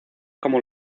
como